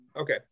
Okay